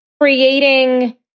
creating